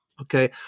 Okay